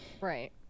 Right